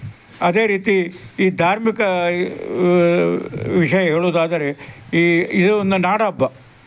ಅದೇ ರೀತಿ ಈ ಧಾರ್ಮಿಕ ವಿಷಯ ಹೇಳೋದಾದರೆ ಈ ಇದು ಒಂದು ನಾಡ ಹಬ್ಬ